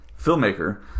filmmaker